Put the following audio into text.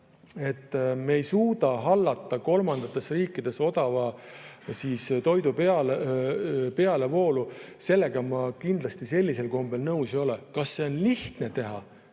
me ei suuda hallata kolmandatest riikidest odava toidu pealevoolu, ma kindlasti sellisel kombel nõus ei ole. Kas seda on lihtne teha?